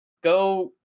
go